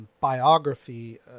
Biography